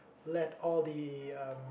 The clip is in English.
let all the uh